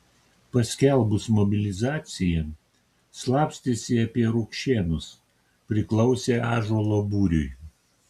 paskelbus mobilizaciją slapstėsi apie rukšėnus priklausė ąžuolo būriui